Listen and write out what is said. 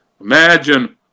Imagine